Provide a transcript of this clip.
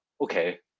okay